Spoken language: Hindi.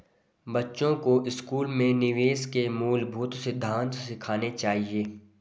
बच्चों को स्कूल में निवेश के मूलभूत सिद्धांत सिखाने चाहिए